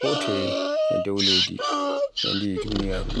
ko toye e dow leydi e ndi duniyaaru.